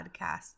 podcast